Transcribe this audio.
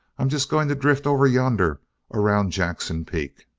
i'm just going to drift over yonder around jackson peak.